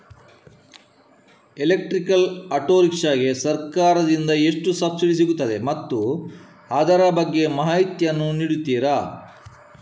Electrical auto rickshaw ಗೆ ಸರ್ಕಾರ ದಿಂದ ಎಷ್ಟು ಸಬ್ಸಿಡಿ ಸಿಗುತ್ತದೆ ಮತ್ತು ಅದರ ಬಗ್ಗೆ ಮಾಹಿತಿ ಯನ್ನು ನೀಡುತೀರಾ?